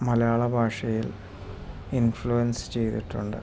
മലയാള ഭാഷയിൽ ഇൻഫ്ലുവൻസ് ചെയ്തിട്ടുണ്ട്